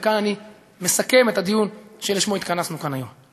וכאן אני מסכם את הדיון שלשמו התכנסנו כאן היום.